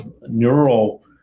neural